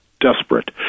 desperate